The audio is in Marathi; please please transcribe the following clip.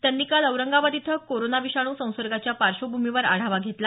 त्यांनी काल औरंगाबाद इथं कोरोना विषाणू संसर्गाच्या पार्श्वभूमीवर आढावा घेतला